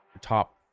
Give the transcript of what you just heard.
top